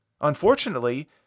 Unfortunately